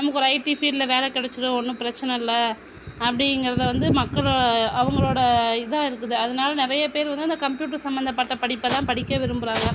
நமக்கு ஒரு ஐடி ஃபீல்ட்டில் வேலை கிடைச்சிரும் ஒன்றும் பிரச்சின இல்லை அப்படிங்கிறத வந்து மக்கள் அவங்களோட இதாக இருக்குது அதனால நிறைய பேர் வந்து அந்த கம்ப்யூட்ரு சம்பந்தப்பட்ட படிப்பை தான் படிக்க விரும்புகிறாங்க